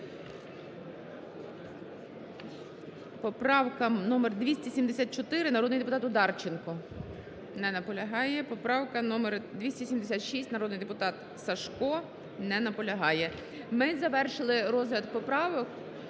Поправка номер 274, народний депутат Одарченко. Не наполягає. Поправка номер 276, народний депутат Сажко. Не наполягає. Ми завершили розгляд поправок.